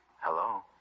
Hello